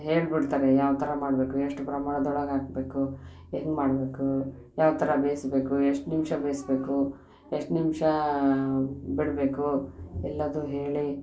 ಹೇಳಿಬಿಡ್ತಾರೆ ಯಾವ ಥರ ಮಾಡಬೇಕು ಎಷ್ಟು ಪ್ರಮಾಣದೊಳಗೆ ಹಾಕ್ಬೇಕು ಹೆಂಗ್ ಮಾಡಬೇಕು ಯಾವ ಥರ ಬೇಯಿಸ್ಬೇಕು ಎಷ್ಟು ನಿಮಿಷ ಬೇಯಿಸ್ಬೇಕು ಎಷ್ಟು ನಿಮಿಷ ಬಿಡಬೇಕು ಎಲ್ಲದೂ ಹೇಳಿ